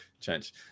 change